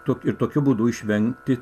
tokiu ir tokiu būdu išvengti